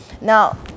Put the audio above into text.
Now